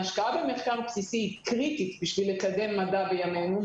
ההשקעה במחקר בסיסי היא קריטית בשביל לקדם מדע בימינו.